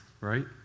right